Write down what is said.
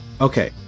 Okay